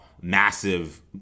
massive